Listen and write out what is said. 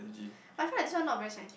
I feel like this one not very scientific